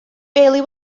bailey